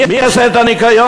מי יעשה את הניקיון?